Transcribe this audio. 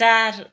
चार